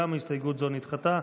הסתייגות זו נדחתה.